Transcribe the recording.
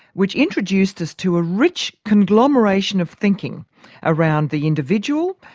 which introduced us to a rich conglomeration of thinking around the individual,